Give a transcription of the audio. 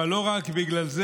אבל לא רק בגלל זה.